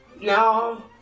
No